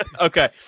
okay